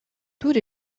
tur